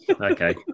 okay